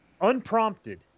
unprompted